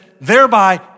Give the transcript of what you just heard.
thereby